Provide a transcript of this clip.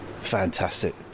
fantastic